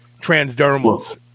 transdermals